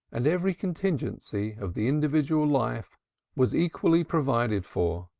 and every contingency of the individual life was equally provided for,